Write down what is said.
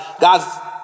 God's